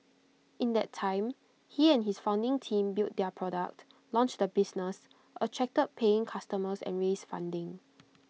in that time he and his founding team built their product launched the business attracted paying customers and raised funding